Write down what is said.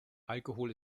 alkohol